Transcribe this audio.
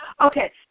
Okay